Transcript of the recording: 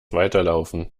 weiterlaufen